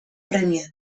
premia